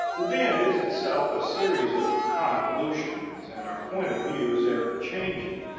the bend is itself a series of convolutions, and our point of view is ever changing,